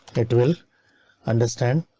it will understand.